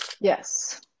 Yes